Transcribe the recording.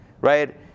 right